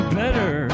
better